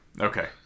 Okay